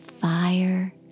fire